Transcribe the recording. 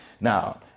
Now